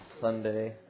Sunday